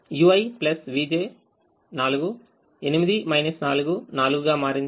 uivj 4 8 4 4 గా మారింది